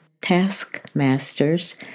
taskmasters